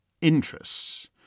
interests